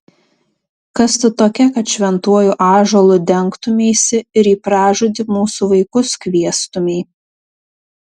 kas tu tokia kad šventuoju ąžuolu dengtumeisi ir į pražūtį mūsų vaikus kviestumei